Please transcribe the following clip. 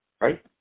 right